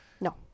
No